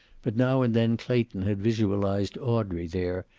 but now and then clayton had visualized audrey there,